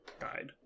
guide